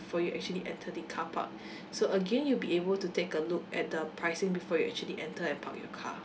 before you actually enter the carpark so again you'll be able to take a look at the pricing before you actually enter and park your car